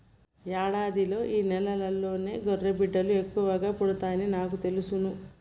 యాడాదిలో ఈ నెలలోనే గుర్రబిడ్డలు ఎక్కువ పుడతాయని నాకు తెలుసును